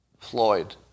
Floyd